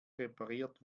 repariert